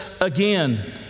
again